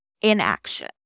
inaction